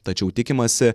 tačiau tikimasi